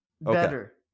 better